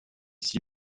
six